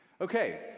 okay